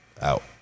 Out